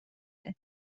است